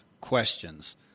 Questions